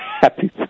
happy